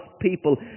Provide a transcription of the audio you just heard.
people